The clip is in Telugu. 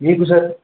మీకు సార్